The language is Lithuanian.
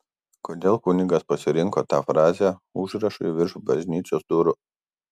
kodėl kunigas pasirinko tą frazę užrašui virš bažnyčios durų